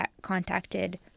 contacted